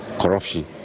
corruption